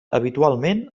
habitualment